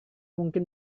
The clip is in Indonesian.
mungkin